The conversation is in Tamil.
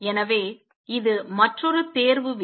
எனவே இது மற்றொரு தேர்வு விதி